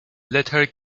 letter